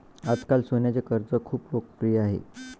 आजकाल सोन्याचे कर्ज खूप लोकप्रिय आहे